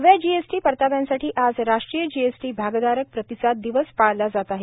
नव्या G S T परताव्यांसाठी आज राष्ट्रीय जी एस टी भागधारक प्रतिसाद दिवस पाळला जाणार आहे